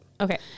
Okay